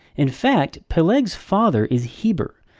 in fact, peleg's father is heber,